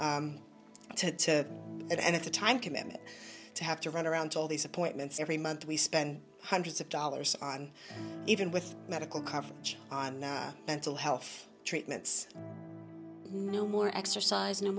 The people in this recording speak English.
to it and it's a time commitment to have to run around to all these appointments every month we spend hundreds of dollars on even with medical coverage on mental health treatments no more exercise no